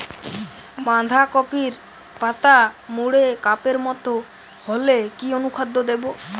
বাঁধাকপির পাতা মুড়ে কাপের মতো হলে কি অনুখাদ্য দেবো?